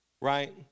right